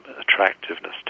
attractiveness